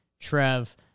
trev